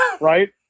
right